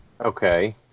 Okay